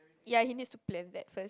ya he needs to plan that first